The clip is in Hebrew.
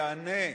ייענה.